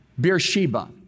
Beersheba